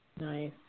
Nice